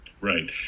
right